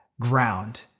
ground